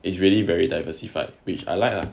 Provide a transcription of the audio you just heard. it's really very diversified which I like ah